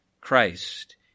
Christ